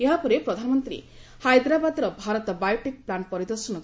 ଏହାପରେ ପ୍ରଧାନମନ୍ତୀ ହାଇଦ୍ରାବାଦର ଭାରତ ବାୟୋଟେକ ପ୍ଲାଣ୍ଟ ପରିଦର୍ଶନ କରିଥିଲେ